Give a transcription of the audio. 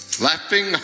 Laughing